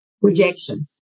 rejection